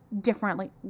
differently